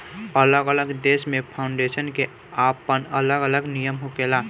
अलग अलग देश में फाउंडेशन के आपन अलग अलग नियम होखेला